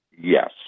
Yes